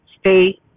stay